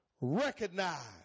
Recognize